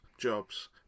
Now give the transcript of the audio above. jobs